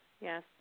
yes